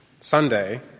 Sunday